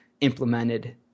implemented